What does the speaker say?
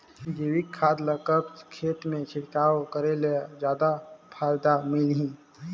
जैविक खाद ल कब खेत मे छिड़काव करे ले जादा फायदा मिलही?